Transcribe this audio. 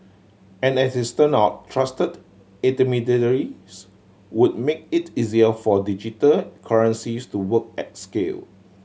and as it turn out trusted intermediaries would make it easier for digital currencies to work at scale